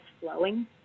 Flowing